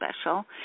Special